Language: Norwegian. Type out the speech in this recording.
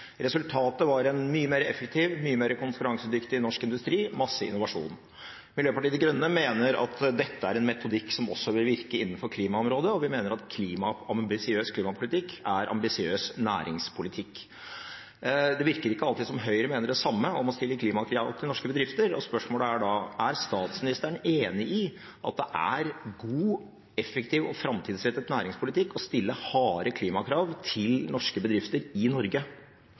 Resultatet var en mye mer effektiv og mye mer konkurransedyktig norsk industri, og masse innovasjon. Miljøpartiet De Grønne mener at dette er en metodikk som også vil virke innenfor klimaområdet, og vi mener at ambisiøs klimapolitikk er ambisiøs næringspolitikk. Det virker ikke alltid som Høyre mener det samme om å stille klimakrav til norske bedrifter, og spørsmålet er da: Er statsministeren enig i at det er god, effektiv og framtidsrettet næringspolitikk å stille harde klimakrav til norske bedrifter i Norge?